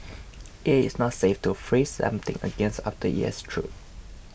it is not safe to freeze something again after it has thawed